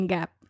Gap